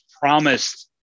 promised